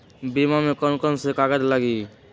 बीमा में कौन कौन से कागज लगी?